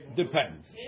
depends